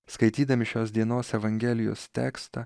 skaitydami šios dienos evangelijos tekstą